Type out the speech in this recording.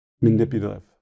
manipulative